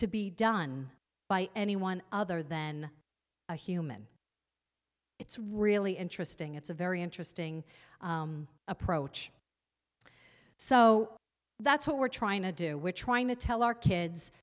to be done by anyone other than a human it's really interesting it's a very interesting approach so that's what we're trying to do which trying to tell our kids